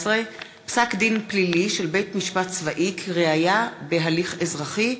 17) (פסק-דין פלילי של בית-משפט צבאי כראיה בהליך אזרחי),